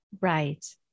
Right